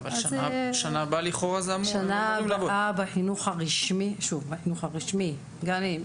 בשנה הבאה בחינוך הרשמי- גנים,